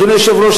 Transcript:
אדוני היושב-ראש,